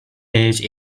page